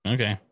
Okay